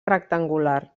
rectangular